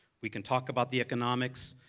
we can talk about the economics.